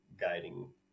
guiding